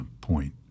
point